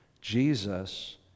Jesus